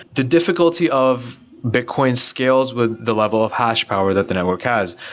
the difficulty of bitcoin scales with the level of has power that the network has.